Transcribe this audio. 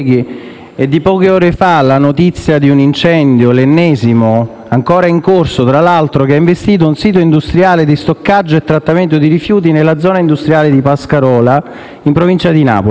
è di poche ore fa la notizia di un incendio, l'ennesimo, ancora in corso tra l'altro, che ha investito un sito industriale di stoccaggio e trattamento dei rifiuti nella zona industriale di Pascarola, in provincia di Napoli.